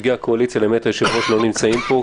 שנציגי הקואליציה לא נמצאים פה,